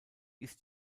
ist